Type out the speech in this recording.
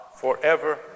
forever